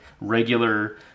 regular